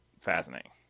fascinating